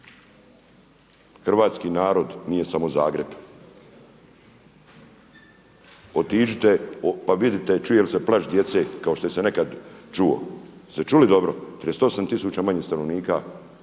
Hrvatski narod nije samo Zagreb. Otiđite pa vidite čuje li se plač djece kao što se nekada čuo, jeste čuli dobro 38 tisuća manje stanovnika